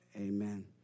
Amen